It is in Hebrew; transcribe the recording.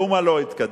מאומה לא התקדם.